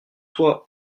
toi